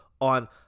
on